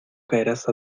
caerás